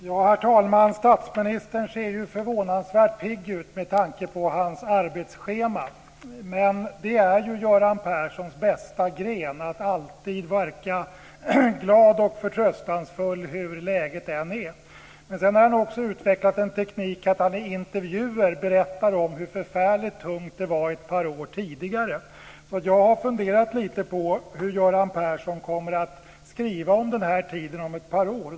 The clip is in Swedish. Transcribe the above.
Herr talman! Statsministern ser förvånansvärt pigg ut med tanke på hans arbetsschema, men det är ju Göran Perssons bästa gren att alltid verka glad och förtröstansfull hur läget än är. Han har också utvecklat en teknik att i intervjuer berätta om hur förfärligt tungt det var ett par år tidigare. Jag har funderat lite på hur Göran Persson kommer att skriva om den här tiden om ett par år.